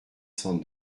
cent